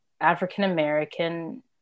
African-American